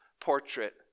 portrait